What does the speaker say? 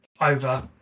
over